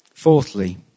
Fourthly